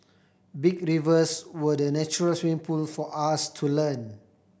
big rivers were the natural swimming pool for us to learn